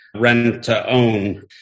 rent-to-own